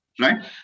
right